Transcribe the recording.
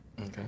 Okay